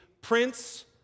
Prince